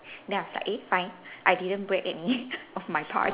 then I was like eh fine I didn't break any of my parts